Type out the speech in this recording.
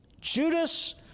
Judas